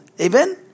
amen